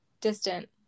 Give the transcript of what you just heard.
distant